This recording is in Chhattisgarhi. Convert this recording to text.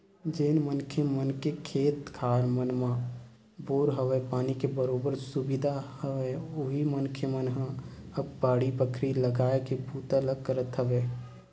जेन मनखे मन के खेत खार मन म बोर हवय, पानी के बरोबर सुबिधा हवय उही मनखे मन ह अब बाड़ी बखरी लगाए के बूता ल करत हवय